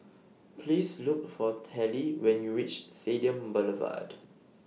Please Look For Tallie when YOU REACH Stadium Boulevard